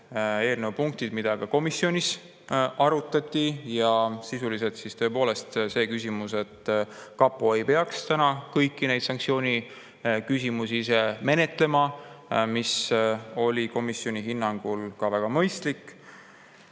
eelnõu punktid, mida ka komisjonis arutati, ja sisuliselt tõepoolest see [mõte], et kapo ei peaks kõiki neid sanktsiooniküsimusi ise menetlema, oli komisjoni hinnangul väga mõistlik.